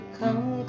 come